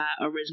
original